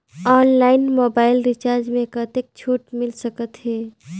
Online mobile recharge मे कतेक छूट मिल सकत हे?